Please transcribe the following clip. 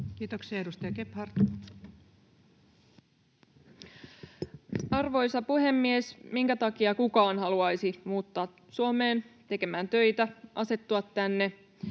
laeiksi Time: 17:44 Content: Arvoisa puhemies! Minkä takia kukaan haluaisi muuttaa Suomeen tekemään töitä, asettua tänne,